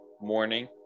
morning